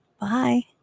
bye